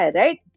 right